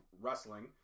wrestling